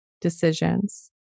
decisions